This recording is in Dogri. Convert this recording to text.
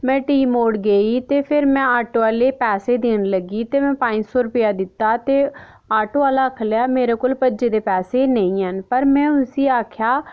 में टी मोड़ गेई ते फिर में आटो आहले गी पैसे देन लगी ते में पंज सौ रूपेआ दित्ता ते में आटो आहला आखन लगा के मेरे कोल भज्जे दे पैसे नेईं हैन पर में उसी आखेआ